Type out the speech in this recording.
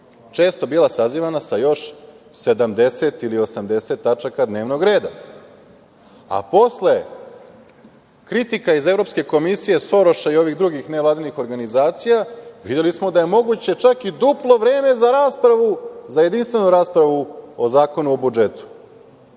često bila sazivana sa još 70 ili 80 tačaka dnevnog reda. Posle kritika iz Evropske komisije, Soroša i ovih drugih nevladinih organizacija, videli smo da je moguće čak i duplo vreme za jedinstvu raspravu o Zakonu o budžetu.